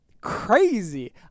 Crazy